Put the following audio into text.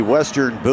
Western